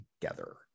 together